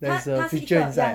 there is a feature inside ah